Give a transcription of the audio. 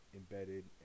embedded